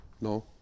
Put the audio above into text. No